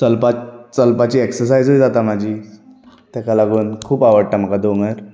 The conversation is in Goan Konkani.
चलपाक चलपाची एक्सरसाय्जूय जाता म्हाजी तेका लागून खूब आवडटा म्हाका दोंगोर